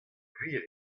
gwir